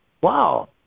wow